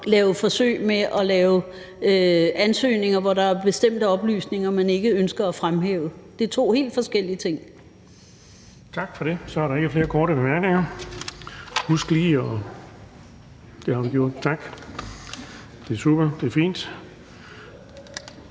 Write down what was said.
lave forsøg med at lave ansøgninger, hvor der er bestemte oplysninger, man ikke ønsker at fremhæve. Det er to helt forskellige ting.